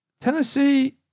Tennessee